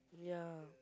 ya